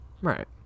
right